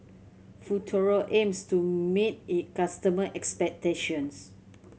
Futuro aims to meet its customer expectations